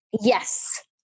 Yes